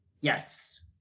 Yes